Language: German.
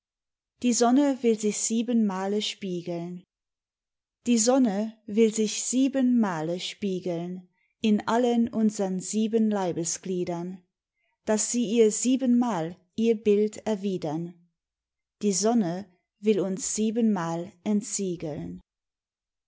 die sonne will sich sieben male spiegeln die sonne will sich sieben male spiegeln in allen unsern sieben leibesgliedern daß sie ihr siebenmal ihr bild erwidern die sonne will uns siebenmal entsiegeln